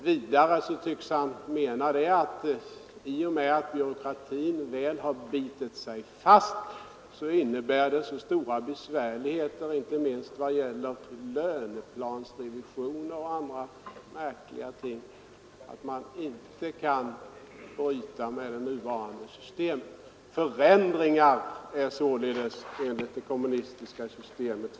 Vidare tycks han mena att det förhållandet att byråkratin en gång väl har bitit sig fast skulle skapa stora svårigheter att bryta med det nuvarande systemet. Det skulle krävas löneplansrevisioner och andra sådana märkliga åtgärder.